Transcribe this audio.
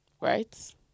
right